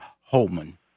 Holman